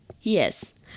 Yes